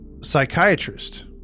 psychiatrist